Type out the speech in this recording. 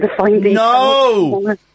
No